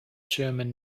german